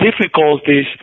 difficulties